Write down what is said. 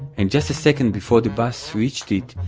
and, just a second before the bus reached it,